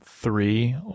three